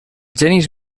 genis